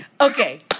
Okay